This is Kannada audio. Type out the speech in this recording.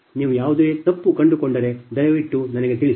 ಆದ್ದರಿಂದ ನೀವು ಯಾವುದೇ ತಪ್ಪು ಕಂಡುಕೊಂಡರೆ ದಯವಿಟ್ಟು ನನಗೆ ತಿಳಿಸಿ